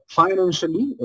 financially